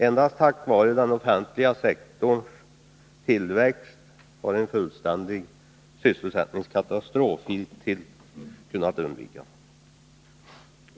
Endast tack vare den offentliga sektorns tillväxt har en fullständig sysselsättningskatastrof hittills kunnat undvikas.